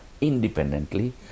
independently